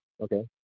Okay